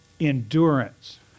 endurance